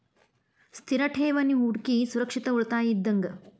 ಸ್ಥಿರ ಠೇವಣಿ ಹೂಡಕಿ ಸುರಕ್ಷಿತ ಉಳಿತಾಯ ಇದ್ದಂಗ